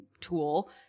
tool